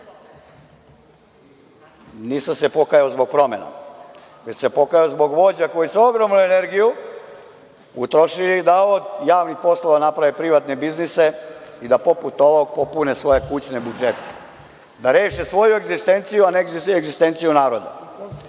se pokajao zbog promena, već sam se pokajao zbog vođa koji su ogromnu energiju utrošili da od javnih poslova naprave privatne biznise i da poput ovog popune svoje kućne budžete, da reše svoju egzistenciju, a ne egzistenciju naroda. Priča